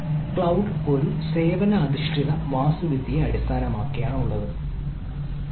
cloud ഒരു സേവനാധിഷ്ഠിത വാസ്തുവിദ്യയെ അടിസ്ഥാനമാക്കിയുള്ളതാണ്